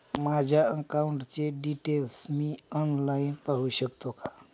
माझ्या अकाउंटचे डिटेल्स मी ऑनलाईन पाहू शकतो का?